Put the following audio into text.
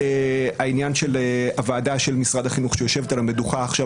העניין של הוועדה של משרד החינוך שיושבת על המדוכה עכשיו.